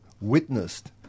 witnessed